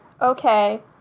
Okay